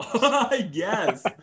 yes